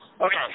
okay